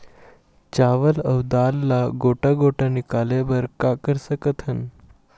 चावल अऊ दाल ला गोटा गोटा निकाले बर का कर सकथन?